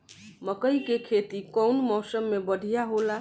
मकई के खेती कउन मौसम में बढ़िया होला?